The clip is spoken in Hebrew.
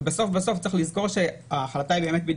ובסוף צריך לזכור שההחלטה היא בידי